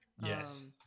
Yes